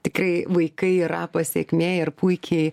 tikrai vaikai yra pasekmė ir puikiai